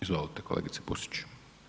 Izvolite, kolegice Pusić.